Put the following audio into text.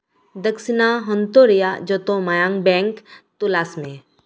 ᱫᱟᱹᱠᱥᱤᱱᱟᱹ ᱦᱚᱱᱚᱛ ᱨᱮᱭᱟᱜ ᱡᱷᱚᱛᱚ ᱢᱟᱭᱟᱝ ᱵᱮᱝ ᱛᱚᱞᱟᱥ ᱢᱮ